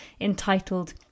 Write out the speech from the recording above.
entitled